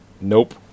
Nope